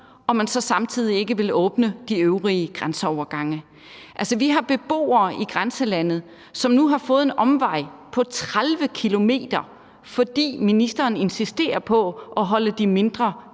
og man så samtidig ikke vil åbne de øvrige grænseovergange. Vi har beboere i grænselandet, som nu har fået en omvej på 30 km, fordi ministeren insisterer på at holde de mindre